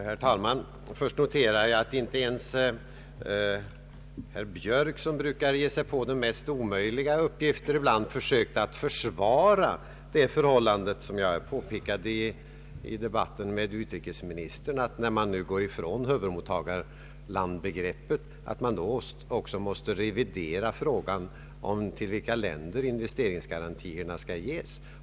Herr talman! Först noterar jag att inte ens herr Björk, som brukar ge sig på de mest omöjliga uppgifter ibland, sökte försvara det förhållande som jag påpekade i debatten med utrikesministern att när man går ifrån begreppet om huvudmottagarländer måste man också revidera frågan om till vilka länder investeringsgarantierna skall ges.